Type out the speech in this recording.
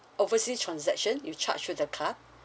overseas transaction you charge with the card